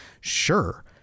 sure